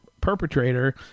perpetrator